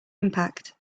impact